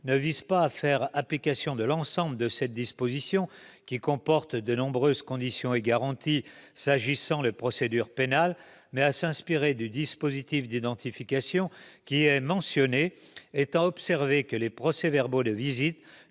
ne vise pas à faire application de l'ensemble de cette disposition, qui comporte de nombreuses conditions et garanties s'agissant de procédures pénales, mais à s'inspirer du dispositif d'identification qui y est mentionné, étant entendu que les procès-verbaux de visite,